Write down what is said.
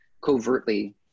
covertly